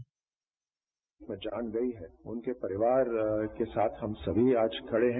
जिनकी जान गई है उनके परिवार के साथ हम सभी आज खड़े हैं